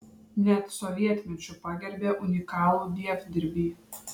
net sovietmečiu pagerbė unikalų dievdirbį